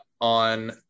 on